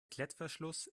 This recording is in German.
klettverschluss